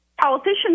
politicians